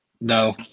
No